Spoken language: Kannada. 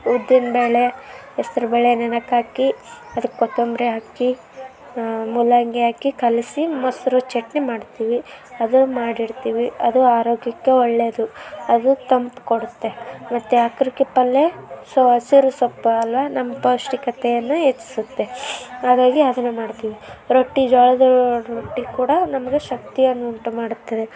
ಉದ್ದಿನಬೇಳೆ ಹೆಸ್ರುಬೇಳೆ ನೆನೆಯೋಕ್ ಹಾಕಿ ಅದಕ್ಕೆ ಕೊತ್ತಂಬ್ರಿ ಹಾಕಿ ಮೂಲಂಗಿ ಹಾಕಿ ಕಲಸಿ ಮೊಸರು ಚಟ್ನಿ ಮಾಡ್ತೀವಿ ಅದು ಮಾಡಿಡ್ತೀವಿ ಅದು ಆರೋಗ್ಯಕ್ಕೆ ಒಳ್ಳೇದು ಅದು ತಂಪು ಕೊಡುತ್ತೆ ಮತ್ತು ಅಕ್ರುಕಿ ಪಲ್ಲೇ ಸೊಪ್ಪು ಹಸಿರು ಸೊಪ್ಪು ಅಲ್ಲವಾ ನಮ್ಮ ಪೌಷ್ಟಿಕತೆಯನ್ನು ಹೆಚ್ಸುತ್ತೆ ಹಾಗಾಗಿ ಅದನ್ನು ಮಾಡ್ತೀವಿ ರೊಟ್ಟಿ ಜೋಳದ ರೊಟ್ಟಿ ಕೂಡ ನಮಗೆ ಶಕ್ತಿಯನ್ನು ಉಂಟು ಮಾಡುತ್ತದೆ